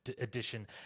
edition